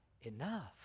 enough